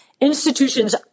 institutions